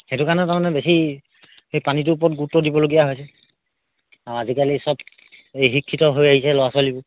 সেইটো কাৰণে তাৰ মানে বেছি সেই পানীটোৰ ওপৰত গুৰুত্ব দিবলগীয়া হৈছে আৰু আজিকালি চব এই শিক্ষিত হৈ আহিছে ল'ৰা ছোৱালীবোৰ